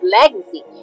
legacy